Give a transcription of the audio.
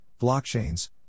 blockchains